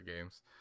games